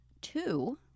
two